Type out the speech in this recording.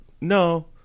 no